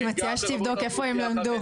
אני מציעה שתבדוק איפה הם למדו,